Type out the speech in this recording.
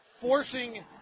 forcing –